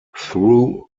through